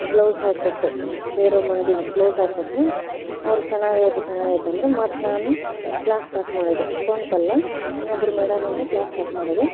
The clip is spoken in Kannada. ಬ್ಲೌಸ್ ಹಾಕಿಕೊಟ್ಟೆ ಬೇರೆಯವ್ರ ಮಂದಿಗೆ ಬ್ಲೌಸ್ ಹಾಕಿಕೊಟ್ಟೆ ಅವರು ಚೆನ್ನಾಗೈತೆ ಚೆನ್ನಾಗೈತೆ ಅಂದ್ರು ಮತ್ತೆ ನಾನು ಕ್ಲಾಸ್ ಸ್ಟಾರ್ಟ್ ಮಾಡಿದೆ ಸ್ವಂತ ಅಲ್ಲ ಇನ್ನೊಬ್ಬರು ಮೇಡಮಿಂದ ಕ್ಲಾಸ್ ಸ್ಟಾರ್ಟ್ ಮಾಡಿದೆ